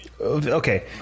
Okay